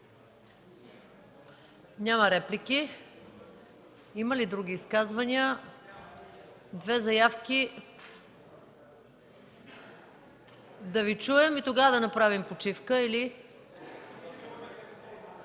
Няма реплики. Има ли други изказвания? Две заявки – да Ви чуем и тогава ще направим почивка.